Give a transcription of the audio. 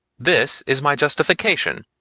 this is my justification.